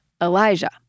Elijah